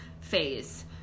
phase